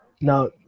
Now